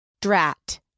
Drat